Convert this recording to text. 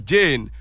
Jane